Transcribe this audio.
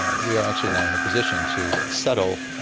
ah we are actually now in a position to settle,